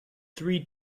three